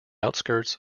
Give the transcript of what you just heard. outskirts